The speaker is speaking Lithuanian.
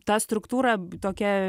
ta struktūra tokia